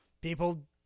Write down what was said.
people